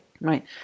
Right